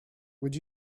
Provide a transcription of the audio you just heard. would